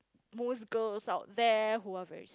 most girls out there who are very